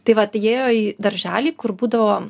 tai vat įėjo į darželį kur būdavo